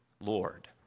Lord